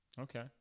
Okay